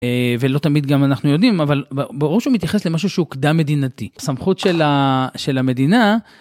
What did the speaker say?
ולא תמיד גם אנחנו יודעים, אבל בראש הוא מתייחס למשהו שהוא קדם מדינתי. סמכות של המדינה.